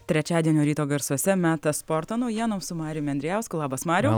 trečiadienio ryto garsuose metas sporto naujienoms su mariumi andrijausku labas mariau